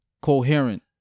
coherent